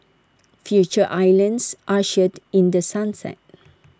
Future islands ushered in the sunset